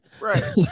right